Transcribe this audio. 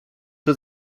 czy